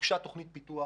הוגשה תוכנית פיתוח